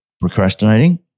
Procrastinating